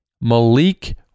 Malik